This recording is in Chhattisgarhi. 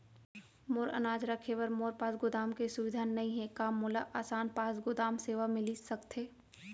मोर अनाज रखे बर मोर पास गोदाम के सुविधा नई हे का मोला आसान पास गोदाम सेवा मिलिस सकथे?